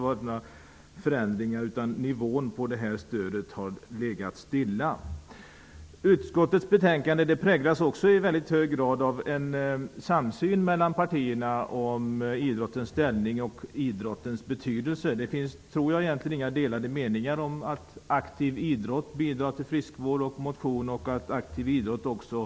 Nivån på stödet har legat stilla. Uskottets betänkande präglas i hög grad av en samsyn mellan partierna om idrottsrörelsens ställning och betydelse. Det finns inga delade meningar om att aktivt idrottsutövande bidrar till friskvård och motion och avhåller från skadlig verksamhet.